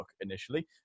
initially